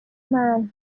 man